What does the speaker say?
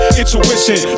intuition